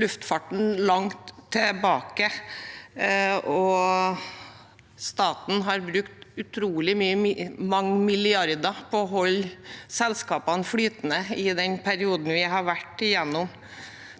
luftfarten langt tilbake, og staten har brukt utrolig mange milliarder på å holde selskapene flytende i den perioden vi har vært gjennom.